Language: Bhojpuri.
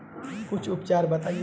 कुछ उपचार बताई?